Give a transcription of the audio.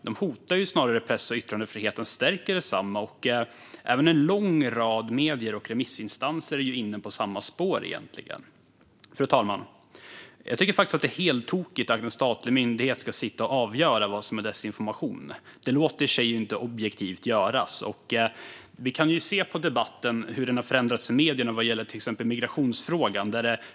De hotar snarare än stärker press och yttrandefriheten. Även en lång rad medier och remissinstanser är inne på samma spår. Fru talman! Jag tycker faktiskt att det är heltokigt att en statlig myndighet ska sitta och avgöra vad som är desinformation. Detta låter sig inte objektivt göras. Vi kan ju se hur debatten har förändrats i medierna vad gäller till exempel migrationsfrågan.